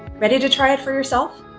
ready to try for yourself?